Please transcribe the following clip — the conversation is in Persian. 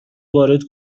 وارد